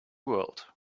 world